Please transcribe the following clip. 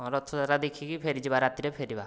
ହଁ ରଥଯାତ୍ରା ଦେଖିକି ଫେରିଯିବା ରାତିରେ ଫେରିବା